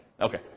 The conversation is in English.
Okay